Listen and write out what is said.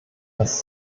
als